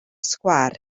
sgwâr